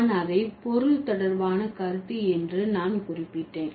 நான் அதை பொருள் தொடர்பான கருத்து என்று நான் குறிப்பிட்டேன்